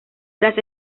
tras